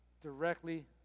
directly